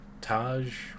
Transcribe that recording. Taj